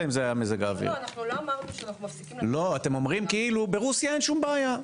אתם אומרים: ברוסיה אין שום בעיה.